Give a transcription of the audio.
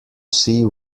see